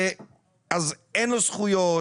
אין לו זכויות